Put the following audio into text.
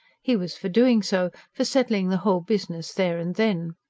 he was for doing so, for settling the whole business there and then.